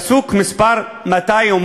פסוק מס' 200,